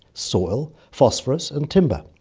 soil, phosphorus and timber.